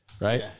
right